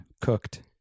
Cooked